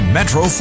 Metro